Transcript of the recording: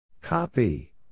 Copy